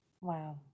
Wow